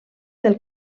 del